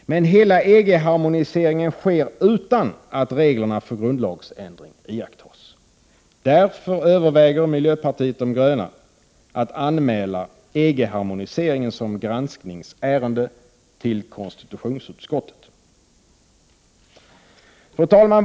Men hela EG-harmoniseringen sker utan att reglerna för grundlagsändring iakttas. Därför överväger miljöpartiet de gröna att till konstitutionsutskottet anmäla EG-harmoniseringen som granskningsärende. Fru talman!